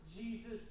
Jesus